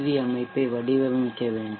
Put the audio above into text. we அமைப்பை வடிவமைக்க வேண்டும்